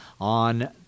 on